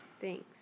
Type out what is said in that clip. Thanks